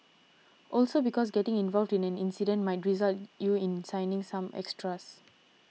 also because getting involved in an incident might result you in signing some extras